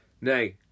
Nay